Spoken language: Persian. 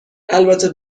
البته